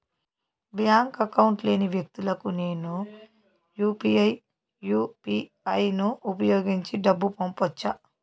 Bank account లేని వ్యక్తులకు నేను యు పి ఐ యు.పి.ఐ ను ఉపయోగించి డబ్బు పంపొచ్చా?